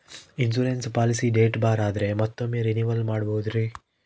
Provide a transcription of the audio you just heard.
Insurance policy date ಬಾರ್ ಆದರೆ ಮತ್ತೊಮ್ಮೆ ರಿನಿವಲ್ ಮಾಡಬಹುದ್ರಿ?